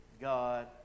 God